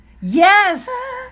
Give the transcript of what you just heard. Yes